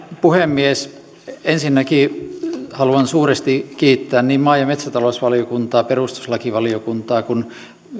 puhemies ensinnäkin haluan suuresti kiittää niin maa ja metsätalousvaliokuntaa perustuslakivaliokuntaa kuin